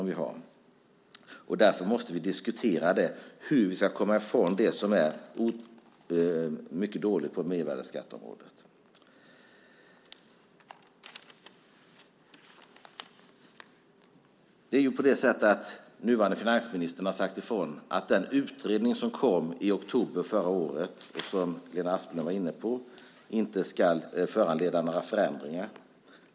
Vi måste därför diskutera hur vi ska komma ifrån det som är mycket dåligt på mervärdesskatteområdet. Nuvarande finansministern har sagt att den utredning som kom i oktober förra året, och som Lena Asplund var inne på, inte ska föranleda några förändringar.